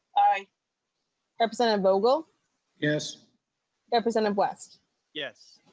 i represent and bogle yes representative west yes.